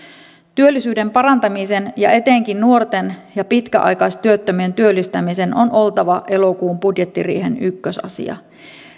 työllisyyden parantamisen ja etenkin nuorten ja pitkäaikaistyöttömien työllistämisen on oltava elokuun budjettiriihen ykkösasia